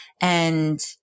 and-